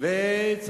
ושוב נבקש הארכה.